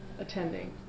attending